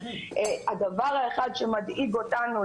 ודבר אחד שמדאיג אותנו,